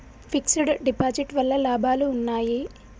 Fix డ్ deposit వల్ల లాభాలు ఉన్నాయి?